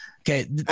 Okay